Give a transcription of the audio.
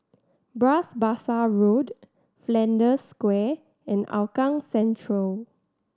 Bras Basah Road Flanders Square and Hougang Central